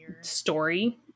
story